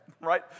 right